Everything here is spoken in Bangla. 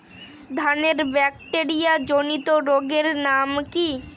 ধানের ব্যাকটেরিয়া জনিত রোগের নাম কি?